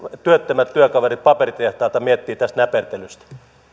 työttömät työkaverinne paperitehtaalta miettivät tästä näpertelystä